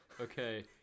okay